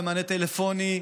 במענה טלפוני.